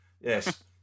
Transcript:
yes